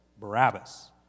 Barabbas